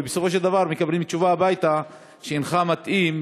ובסופו של דבר מקבלים תשובה הביתה: "אינך מתאים",